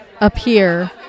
appear